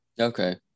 Okay